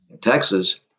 Texas